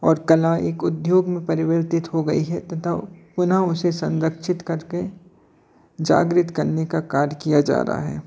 और कला एक उद्योग में परिवर्तित हो गई है तथा पुनः उसे संरक्षित करके जागृत करने का कार्य किया जा रहा है